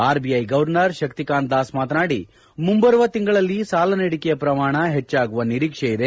RBI governor Shaktikanta Das ಮಾತನಾಡಿ ಮುಂಬರುವ ತಿಂಗಳಲ್ಲಿ ಸಾಲ ನೀಡಿಕೆಯ ಪ್ರಮಾಣ ಹೆಚ್ಚಾಗುವ ನಿರೀಕ್ಸೆ ಇದೆ